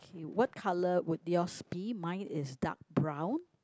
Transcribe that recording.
okay what colour would yours be mine is dark brown